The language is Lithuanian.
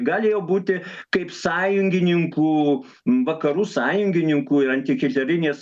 galėjo būti kaip sąjungininkų vakarų sąjungininkų antihitlerinės